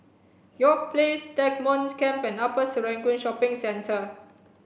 York Place Stagmont Camp and Upper Serangoon Shopping Centre